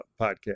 podcast